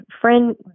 friend